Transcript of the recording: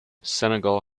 senegal